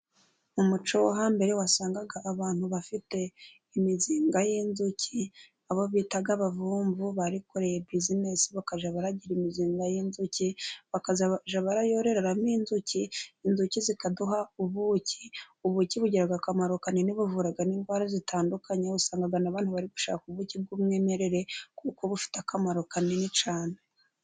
Umuco wo hambere wasangaga abantu bafite imizinga y'inzuki, abo bitaga abavumvu, barikoreye buzinesi bakajya bagira imizinga y'inzuki, bakajya bayororemo inzuki, inzuki zikaduha ubuki, ubuki bugiraga akamaro kanini, buvura n'indwara zitandukanye, usanga n'abantu bari gushaka ubuki bw'umwimerere, kuko bufite akamaro kanini cyane.